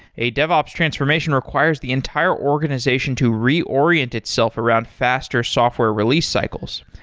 a devops transformation requires the entire organization to reorient itself around faster software release cycles,